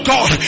God